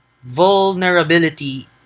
vulnerability